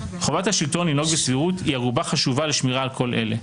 חובת השלטון לנהוג בסבירות היא ערובה חשובה לשמירה על כל אלה.